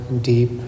deep